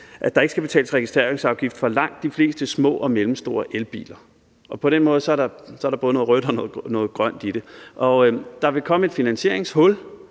at der ikke skal betales registreringsafgift for langt de fleste små og mellemstore elbiler, og på den måde er der både noget rødt og noget grønt i det. Der vil komme et finansieringshul,